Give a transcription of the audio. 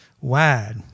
wide